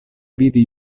vidi